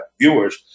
viewers